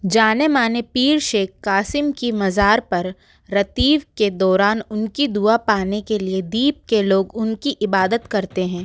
जाने माने पीर शेकह कासिम की मज़ार पर रतीब के दौरान उनकी दुआ पाने के लिए द्वीप के लोग उनकी इबादत करते हैं